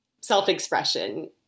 self-expression